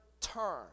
turn